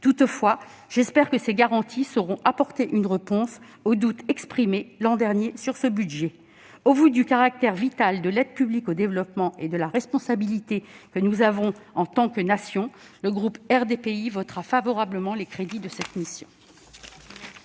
Toutefois, j'espère que ces garanties sauront apporter une réponse aux doutes exprimés l'an dernier sur ce budget. Au vu du caractère vital de l'aide publique au développement et de la responsabilité que nous avons en tant que nation, le groupe RDPI votera favorablement les crédits de cette mission.